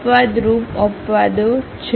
અપવાદરૂપ અપવાદો છે